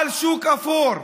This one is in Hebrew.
על שוק אפור,